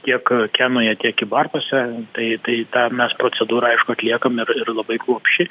tiek kenoje tiek kybartuose tai tai tą mes procedūrą aišku atliekam ir labai kruopščiai